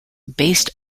based